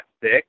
thick